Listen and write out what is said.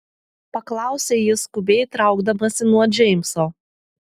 paklausė ji skubiai traukdamasi nuo džeimso